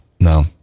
No